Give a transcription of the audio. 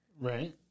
Right